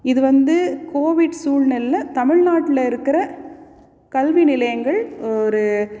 இது வந்து கோவிட் சூழ்நிலையில் தமிழ்நாட்டில் இருக்கிற கல்வி நிலையங்கள் ஒரு